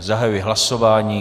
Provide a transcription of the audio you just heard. Zahajuji hlasování.